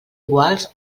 iguals